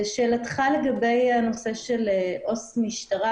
לצערנו היא נוצלה כמקור לג'ובים,